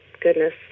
goodness